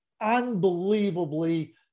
unbelievably